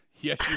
Yes